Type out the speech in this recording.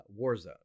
Warzone